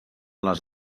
les